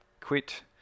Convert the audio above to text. quit